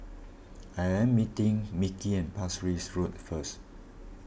I am meeting Mickey at Pasir Ris Road first